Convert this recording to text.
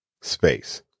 space